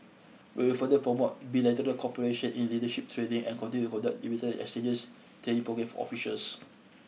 we will further promote bilateral cooperation in leadership training and continue conduct bilateralexchanges training program officials